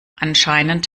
anscheinend